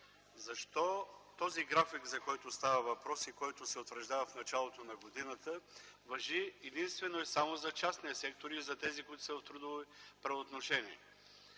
защо този график, за който става въпрос и който се утвърждава в началото на годината, важи единствено и само за частния сектор и за тези, които са в трудови правоотношения?